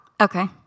Okay